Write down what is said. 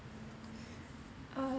uh